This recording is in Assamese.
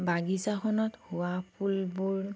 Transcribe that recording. বাগিচাখনত হোৱা ফুলবোৰ